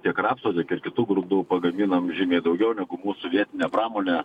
tiek rapso tiek ir kitų grūdų pagaminam žymiai daugiau negu mūsų vietinė pramonė